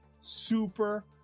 super